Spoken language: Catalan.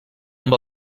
amb